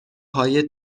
های